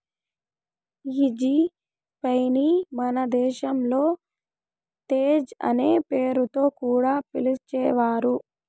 ఈ G Pay ని మన దేశంలో తేజ్ అనే పేరుతో కూడా పిలిచేవారు